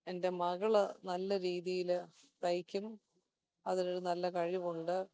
എന്റെ മകൾ നല്ല രീതിയിൽ തയ്ക്കും അതിൽ ഒരു നല്ല കഴിവുണ്ട്